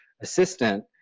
assistant